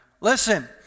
listen